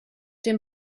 dem